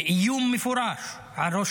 באיום מפורש על ראש